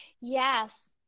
Yes